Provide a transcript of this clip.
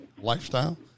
lifestyle